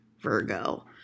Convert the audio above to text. Virgo